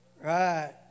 Right